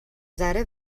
ذره